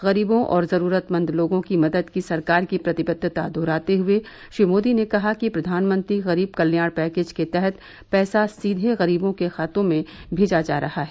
गरीबों और जरूरतमंद लोगों की मदद की सरकार की प्रतिबद्वता दोहराते हुए श्री मोदी ने कहा कि प्रधानमंत्री गरीब कल्याण पैकेज के तहत पैसा सीधे गरीबों के खातों में भेजा जा रहा है